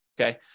Okay